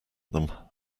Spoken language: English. them